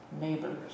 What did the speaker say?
neighbors